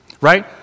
right